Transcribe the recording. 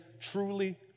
truly